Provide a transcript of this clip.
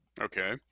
Okay